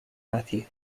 matthew